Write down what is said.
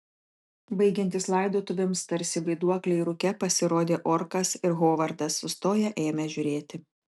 baigiantis laidotuvėms tarsi vaiduokliai rūke pasirodė orkas ir hovardas sustoję ėmė žiūrėti